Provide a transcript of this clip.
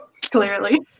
Clearly